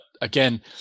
again